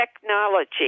technology